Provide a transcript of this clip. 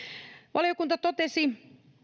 valiokunta muistutti